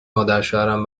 مادرشوهرم